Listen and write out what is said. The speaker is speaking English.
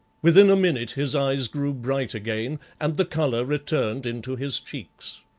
within a minute his eyes grew bright again, and the colour returned into his cheeks.